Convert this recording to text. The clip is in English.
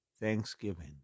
Thanksgiving